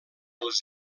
les